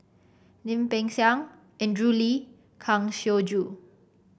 Lim Peng Siang Andrew Lee Kang Siong Joo